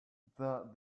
that